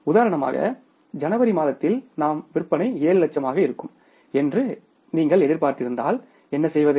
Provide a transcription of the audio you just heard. உதாரணமாக ஜனவரி மாதத்தில் நம் விற்பனை 7 லட்சமாக இருக்கும் என்று எதிர்பார்த்திருந்தால் என்ன செய்வது